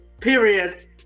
period